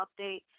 update